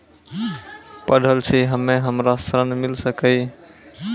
पढल छी हम्मे हमरा ऋण मिल सकई?